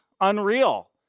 unreal